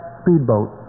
speedboat